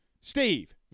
Steve